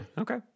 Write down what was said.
okay